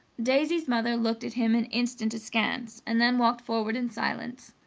daisy's mother looked at him an instant askance, and then walked forward in silence.